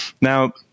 Now